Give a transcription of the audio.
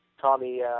Tommy